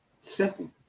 Simple